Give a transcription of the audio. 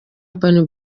urban